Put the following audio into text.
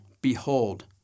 Behold